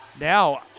Now